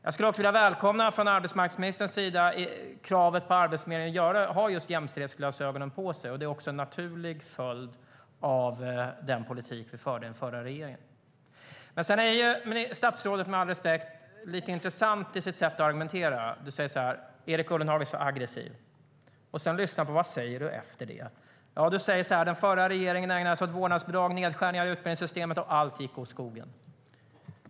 Jag skulle också vilja välkomna kravet från arbetsmarknadsministerns sida på Arbetsförmedlingen att ha just jämställdhetsglasögonen på sig. Det är också en naturlig följd av den politik vi förde i den förra regeringen. Sedan är statsrådet med all respekt lite intressant i sitt sätt att argumentera. Hon säger: Erik Ullenhag är så aggressiv. Sedan kan man lyssna på vad hon säger efter det. Hon säger: Den förra regeringen ägnade sig åt vårdnadsbidrag och nedskärningar i utbildningssystemet, och allt gick åt skogen.